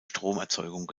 stromerzeugung